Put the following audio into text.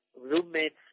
roommates